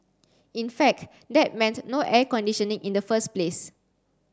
in fact that meant no air conditioning in the first place